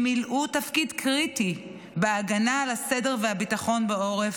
מילאו תפקיד קריטי בהגנה על הסדר והביטחון בעורף,